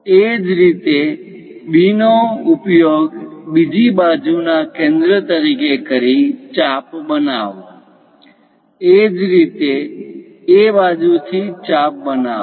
એ જ રીતે B નો ઉપયોગ બીજી બાજુ ના કેન્દ્ર તરીકે કરી ચાપ બનાવો એ જ રીતે A બાજુથી ચાપ બનાવો